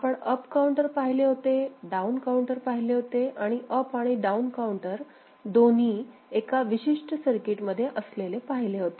आपण up counter पाहिले होते डाऊन काऊंटर पाहिले होते आणि अप आणि डाऊन काऊंटर दोन्ही एका विशिष्ट सर्किटमध्ये असलेले पाहिले होते